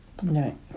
No